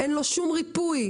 אין לו שום ריפוי.